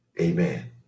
Amen